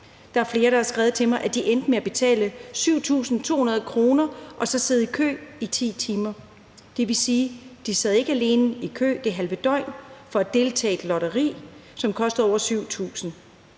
Der er flere, der har skrevet til mig, at de endte med at betale 7.200 kr. og så sidde i kø i 10 timer. Det vil sige, at de sad ikke alene i kø det halve døgn for at deltage i et lotteri, men lodsedlen kostede over 7.000